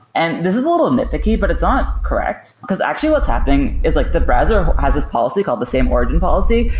and this is a little nitpicky, but it's not correct. because actually what's happening is like the browser has this policy called the same origin policy,